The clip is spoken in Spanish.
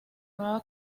nueva